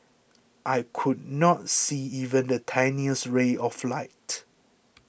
I could not see even the tiniest ray of light